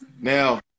Now